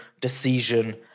decision